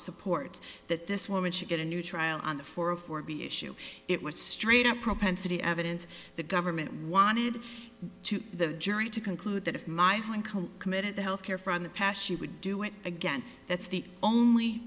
supports that this woman should get a new trial on the four of four b issue it was straight up propensity evidence the government wanted to the jury to conclude that if my sling committed to health care from the passion would do it again that's the only